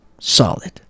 Solid